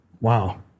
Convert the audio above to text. wow